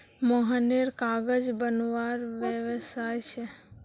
मोहनेर कागज बनवार व्यवसाय छे